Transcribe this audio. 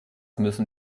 müssen